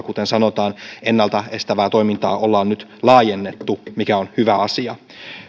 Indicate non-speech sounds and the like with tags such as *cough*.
*unintelligible* kuten sanotaan poliisilaitoksen ennalta estävää toimintaa ollaan nyt laajennettu mikä on hyvä asia